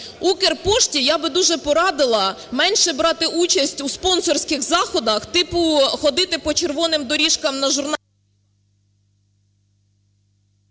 "Укрпошті" я б дуже порадила менше брати участь у спонсорських заходах, типу ходити по "червоним доріжкам" на…